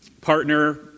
partner